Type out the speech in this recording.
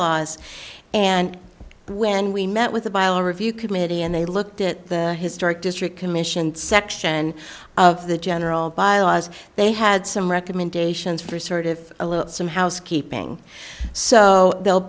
laws and when we met with a violent review committee and they looked at the historic district commissioned section of the general bylaws they had some recommendations for sort of some housekeeping so they'll